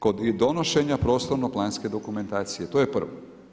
Kod donošenja prostorno planske dokumentacije, to je prvo.